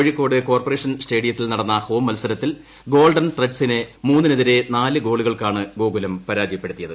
Kozhikode corporation സ്റ്റേഡിയത്തിൽ നടന്ന home മത്സരത്തിൽ ഗോൾഡൻ ത്രഡ്സിനെ മൂന്നിനതിരെ നാല്ഗോളുകൾക്കാണ് ഗോകുലം പരാജയപ്പെടുത്തിയത്